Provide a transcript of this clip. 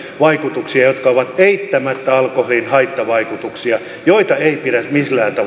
vaikutuksia jotka ovat eittämättä alkoholin haittavaikutuksia joita ei pidä millään